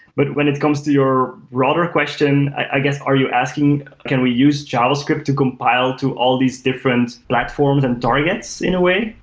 but when it comes to your broader question, i guess are you asking can we use javascript to compile to all these different platforms and targets in a way.